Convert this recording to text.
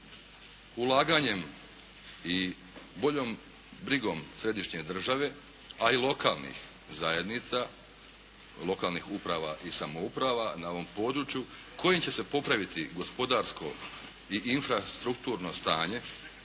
ulaganjem i boljom brigom središnje države a i lokalnih zajednica, lokalnih uprava i samouprava na ovom području kojim će se popraviti gospodarsko i infrastrukturno stanje